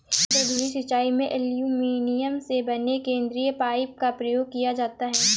केंद्र धुरी सिंचाई में एल्युमीनियम से बने केंद्रीय पाइप का प्रयोग किया जाता है